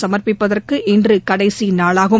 சமர்ப்பிப்பதற்கு இன்று கடைசி நாளாகும்